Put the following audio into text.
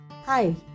Hi